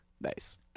Nice